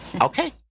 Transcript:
Okay